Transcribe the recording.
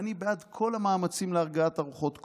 ואני בעד כל המאמצים להרגעת הרוחות,